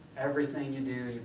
everything you do,